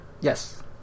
Yes